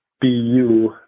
BU